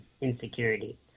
insecurity